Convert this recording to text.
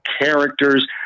characters